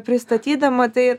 pristatydama tai